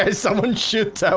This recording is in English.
ah someone shoot. oh,